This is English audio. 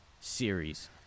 series